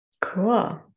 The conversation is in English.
cool